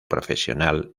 profesional